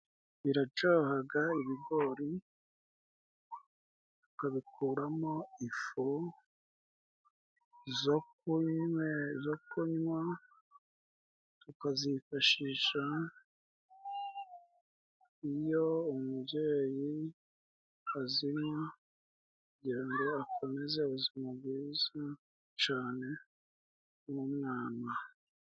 Biracahaga ibigori, tukabikuramo ifu zo kunywa tukazifashisha iyo umubyeyi azinywa kugira ngo akomeze ubuzima bwiza cane n'umwana.